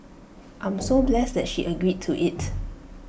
I'm so blessed that she agreed to IT